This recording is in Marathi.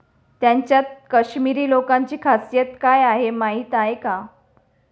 त्यांच्यात काश्मिरी लोकांची खासियत काय आहे माहीत आहे का?